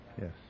Yes